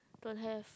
don't have